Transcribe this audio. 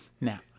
Now